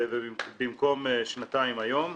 במקום שנתיים היום.